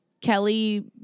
Kelly